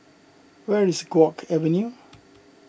where is Guok Avenue